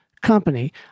company